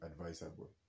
advisable